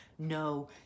no